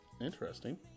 Interesting